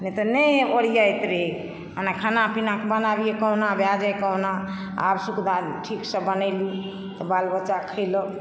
नहि तऽ नहि ओरियात रहै मने खाना पीना बनाबियै कहुना भए जाइ कहुना आब सुख ठीक सॅं बनेलहुॅं तऽ बाल बच्चा खैलक